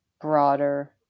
broader